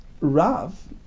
Rav